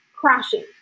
crashing